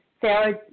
Sarah